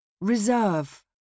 Reserve